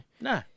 No